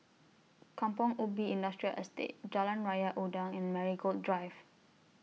Kampong Ubi Industrial Estate Jalan Raja Udang and Marigold Drive